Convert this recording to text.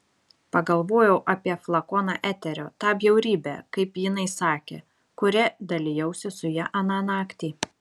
pagalvojau apie flakoną eterio tą bjaurybę kaip jinai sakė kuria dalijausi su ja aną naktį